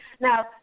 Now